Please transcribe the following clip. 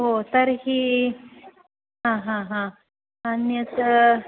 ओ तर्हि हा हा हा अन्यत्